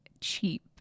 cheap